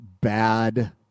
bad